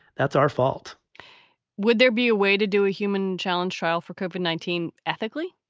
that's our fault would there be a way to do a human challenge trial for copan nineteen? ethically,